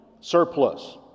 surplus